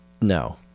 no